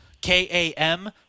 K-A-M